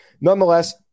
Nonetheless